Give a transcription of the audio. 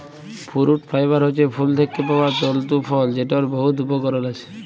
fruit fiber হছে ফল থ্যাকে পাউয়া তল্তু ফল যেটর বহুত উপকরল আছে